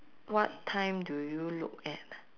what time do you look at